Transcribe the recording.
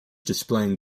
displaying